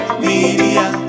media